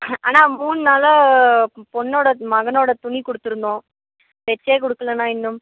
அண்ணா மூணு நாளாக பொண்ணோடய மகனோடய துணி கொடுத்துருந்தோம் தைச்சே கொடுக்கலண்ணா இன்னும்